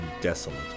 desolate